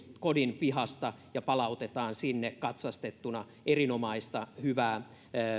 kodin pihasta ja palautetaan sinne katsastettuna erinomaista hyvää